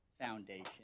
Foundation